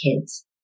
kids